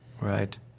Right